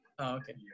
okay